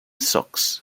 socks